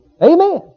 Amen